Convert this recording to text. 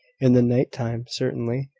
in the night-time, certainly,